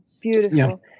beautiful